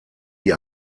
die